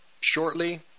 shortly